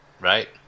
Right